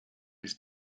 ist